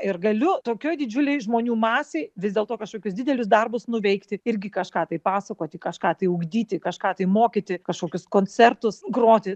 ir galiu tokioj didžiulėj žmonių masėj vis dėlto kažkokius didelius darbus nuveikti irgi kažką tai pasakoti kažką tai ugdyti kažką tai mokyti kažkokius koncertus groti